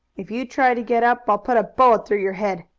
if you try to get up i'll put a bullet through your head,